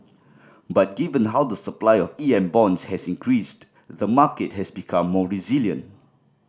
but given how the supply of EM bonds has increased the market has become more resilient